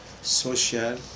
social